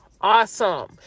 awesome